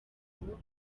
mugabo